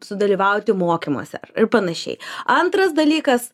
sudalyvauti mokymuose ir panašiai antras dalykas